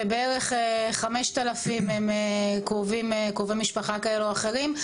ובערך 5,000 הם קרובי משפחה כאלו או אחרים.